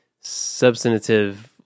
substantive